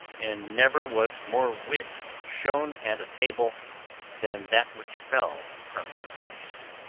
and never was more wit shown at a table than that which fell from his majesty.